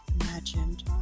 imagined